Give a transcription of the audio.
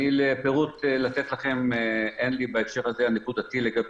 אין לי פירוט נקודתי לתת לכם בהקשר הזה לגבי